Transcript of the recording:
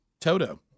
Toto